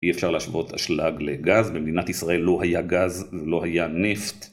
אי אפשר להשוות אשלג לגז, במדינת ישראל לא היה גז ולא היה נפט